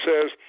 says